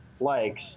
likes